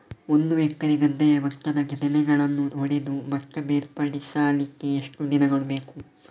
ಒಂದು ಎಕರೆ ಗದ್ದೆಯ ಭತ್ತದ ತೆನೆಗಳನ್ನು ಹೊಡೆದು ಭತ್ತ ಬೇರ್ಪಡಿಸಲಿಕ್ಕೆ ಎಷ್ಟು ದಿನಗಳು ಬೇಕು?